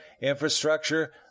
infrastructure